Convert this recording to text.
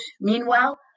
Meanwhile